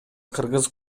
кыргыз